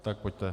Tak pojďte.